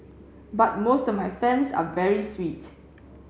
but most of my fans are very sweet